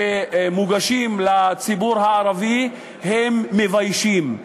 הפנים שמוגשים לציבור הערבי הם מביישים,